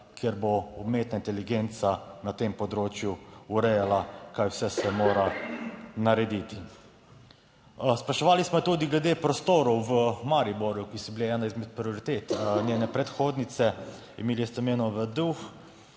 ker bo umetna inteligenca na tem področju urejala, kaj vse se mora narediti. Spraševali smo jo tudi glede prostorov v Mariboru, ki so bili ena izmed prioritet njene predhodnice Stojmenove Duh,